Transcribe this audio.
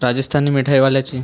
Rajasthani मिठाईवाल्याची